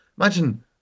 Imagine